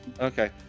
okay